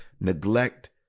neglect